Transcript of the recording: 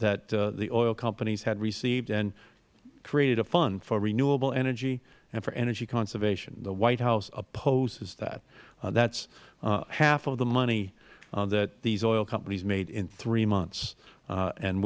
that the oil companies had received and created a fund for renewable energy and for energy conservation the white house opposes that that is half of the money that these oil companies made in three months